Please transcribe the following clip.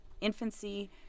infancy